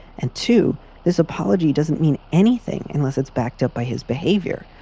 and to this apology doesn't mean anything unless it's backed up by his behavior.